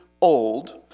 old